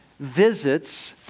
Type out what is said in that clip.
visits